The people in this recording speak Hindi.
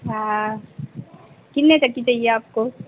अच्छा कितने तक की चाहिए आपको